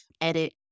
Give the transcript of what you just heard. edit